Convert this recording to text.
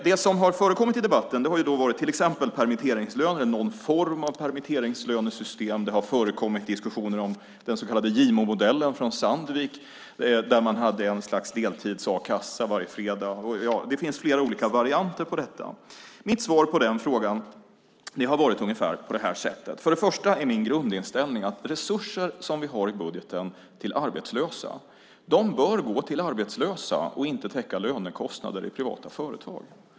Det som har förekommit i debatten har till exempel varit permitteringslöner, någon form av permitteringslönesystem. Det har förekommit diskussioner om den så kallade Gimomodellen från Sandvik, där man hade ett slags deltids-a-kassa varje fredag. Ja, det finns flera olika varianter på detta. Mitt svar på den frågan har varit ungefär så här. Först och främst är min grundinställning att resurser som vi har i budgeten till arbetslösa bör gå till arbetslösa och inte täcka lönekostnader i privata företag.